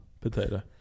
Potato